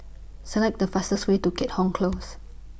Select The fastest Way to Keat Hong Close